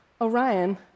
Orion